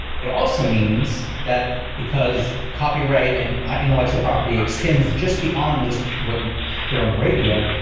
it also means that because copyright and intellectual property extends just beyond just what you hear on the radio,